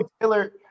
Taylor